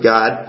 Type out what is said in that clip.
God